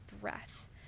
breath